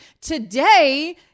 Today